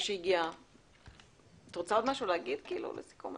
את רוצה להגיד עוד משהו לסיכום?